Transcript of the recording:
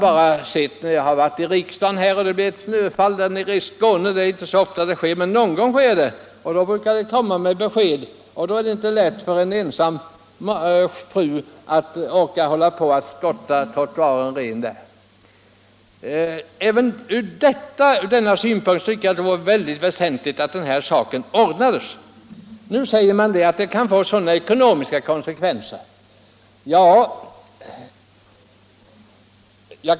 När det t.ex. någon gång inträffar ett snöfall nere i Skåne — det sker inte ofta, men det kan ibland komma med besked — kan det vara svårt t.ex. för en ensam kvinna att hålla trottoaren fri från snö. Även ur denna synpunkt vore det mycket väsentligt att ett beslut fattades i frågan. Det framhålls nu att en sådan reform skulle få stora ekonomiska konsekvenser.